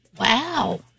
Wow